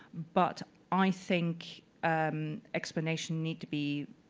but i think explanation needs to be